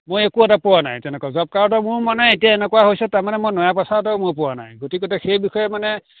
মই একো এটা পোৱা নাই তেনেকে জৱ কাৰ্ডৰ মোৰ মানে এতিয়া এনেকুৱা হৈছে তাৰমানে মই নয়া পইচা এটাও মই পোৱা নাই গতিকেতো সেই বিষয়ে মানে